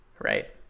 Right